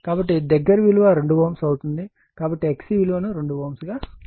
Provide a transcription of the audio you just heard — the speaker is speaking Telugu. కాబట్టి దగ్గరి విలువ 2 Ω అవుతుంది కాబట్టి XC విలువను 2 Ω గా పరిగణిస్తాము